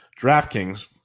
DraftKings